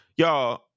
Y'all